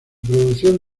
producción